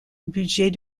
budget